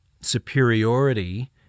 Superiority